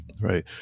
right